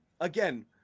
again